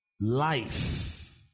life